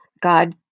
God